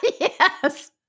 Yes